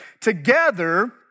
together